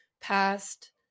past